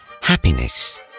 happiness